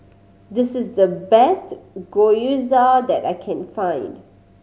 this is the best Gyoza that I can find